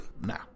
Nah